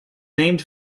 named